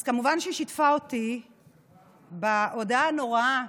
אז כמובן שהיא שיתפה אותי בהודעה הנוראה